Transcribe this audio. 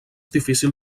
difícil